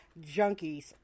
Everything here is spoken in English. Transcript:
junkies